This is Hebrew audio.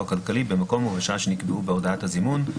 הכלכלי במקום ובשעה שנקבעו בהודעת הזימון,